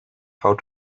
how